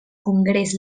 congrés